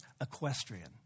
equestrian